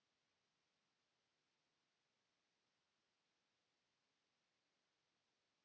Kiitos